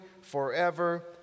forever